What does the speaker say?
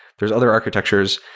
there're other architectures.